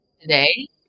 Today